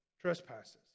trespasses